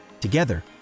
Together